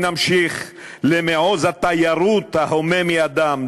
נמשיך למעוז התיירות ההומה מאדם,